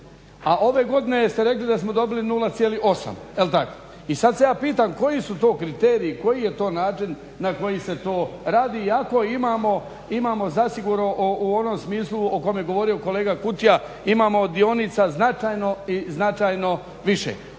A ove godine ste rekli da smo dobili 0,8 jel' tako? I sad se ja pitam koji su to kriteriji, koji je to način na koji se to radi iako imamo zasigurno u onom smislu u kojem je govorio kolega Kutija imamo dionica značajno više.